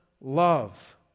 love